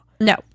no